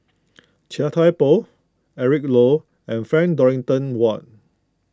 Chia Thye Poh Eric Low and Frank Dorrington Ward